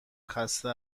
خسته